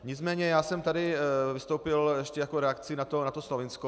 Nicméně já jsem tady vystoupil ještě jako v reakci na to Slovinsko.